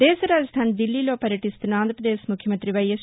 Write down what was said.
దేశ రాజధాని దిల్లీలో పర్యటిస్తున్న ఆంధ్రప్రదేక్ ముఖ్యమంత్రి వైఎస్